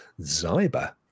Zyber